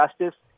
justice